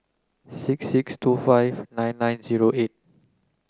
six six two five nine nine zero eight